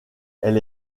elle